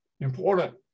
important